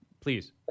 please